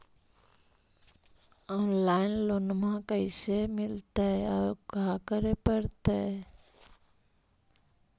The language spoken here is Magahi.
औनलाइन लोन कैसे मिलतै औ का करे पड़तै?